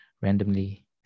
randomly